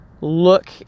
look